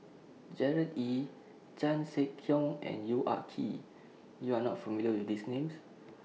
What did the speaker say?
Gerard Ee Chan Sek Keong and Yong Ah Kee YOU Are not familiar with These Names